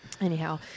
Anyhow